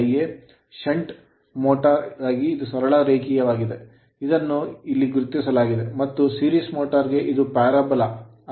shunt motor shunt motor ಗಾಗಿ ಇದು ಸರಳ ರೇಖೆಯಾಗಿದೆ ಇದನ್ನು ಇಲ್ಲಿ ಗುರುತಿಸಲಾಗಿದೆ ಮತ್ತು series motor ಸರಣಿ ಮೋಟರ್ ಗೆ ಇದು parabola ಪ್ಯಾರಾಬೋಲಾ ಆಗಿದೆ